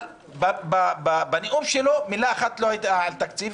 אבל בנאום שלו מילה אחת לא הייתה על תקציב,